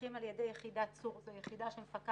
המפוקחים על ידי יחידת צור יחידה שמפקחת